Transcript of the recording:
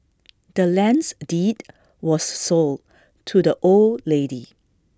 the land's deed was sold to the old lady